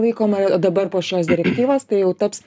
laikoma dabar po šios direktyvos tai jau taps